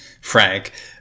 Frank